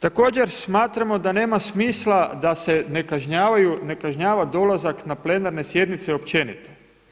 Također smatramo da nema smisla da se ne kažnjava dolazak na plenarne sjednice općenito.